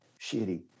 shitty